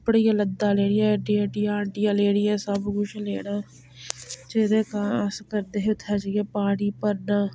कपड़े दियां लद्दां लेनियां ऐड्डियां ऐड्डियां लेनियां सब कुछ लेना जेह्दे कारण अस करदे हे उत्थें जाइयै पानी भरना